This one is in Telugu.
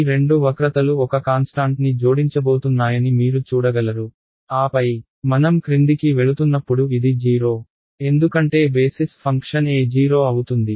ఈ రెండు వక్రతలు ఒక కాన్స్టాంట్ని జోడించబోతున్నాయని మీరు చూడగలరు ఆపై మనం క్రిందికి వెళుతున్నప్పుడు ఇది 0 ఎందుకంటే బేసిస్ ఫంక్షన్ a 0 అవుతుంది